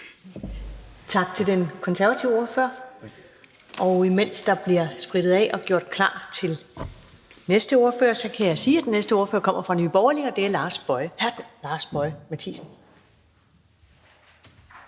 Tak til den konservative ordfører, og imens der bliver sprittet af og gjort klar til den næste ordfører, kan jeg sige, at den næste ordfører kommer fra Nye Borgerlige, og at det er hr. Lars Boje Mathiesen.